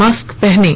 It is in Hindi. मास्क पहनें